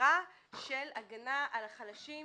באמירה של הגנה על החלשים